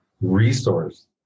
resource